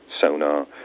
sonar